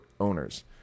owners